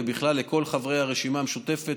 ובכלל לכל חברי הרשימה המשותפת,